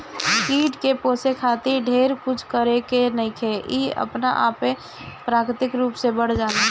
कीट के पोसे खातिर ढेर कुछ करे के नईखे इ अपना आपे प्राकृतिक रूप से बढ़ जाला